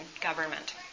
government